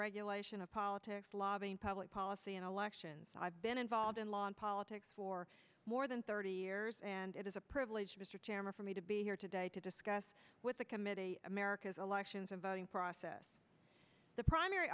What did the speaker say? regulation of politics lobbying public policy and elections i've been involved in law and politics for more than thirty years and it is a privilege mr chairman for me to be here today to discuss with the committee america's elections and voting process the primary